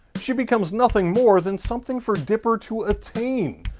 she becomes nothing more than something for dipper to attain.